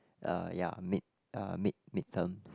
uh ya mid uh mid mid terms